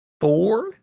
four